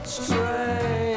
strange